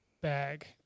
bag